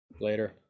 Later